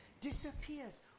disappears